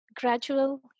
gradual